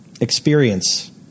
experience